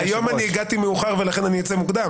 זה כמו האמירה: היום הגעתי מאוחר ולכן אני אצא מוקדם.